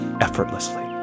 Effortlessly